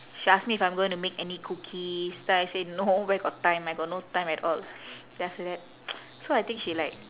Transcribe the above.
she ask me if I'm going to make any cookies then I say no where got time I got no time at all then after that so I think she like